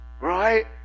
right